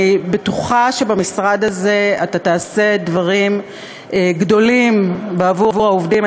אני בטוחה שבמשרד הזה תעשה דברים גדולים בעבור העובדים.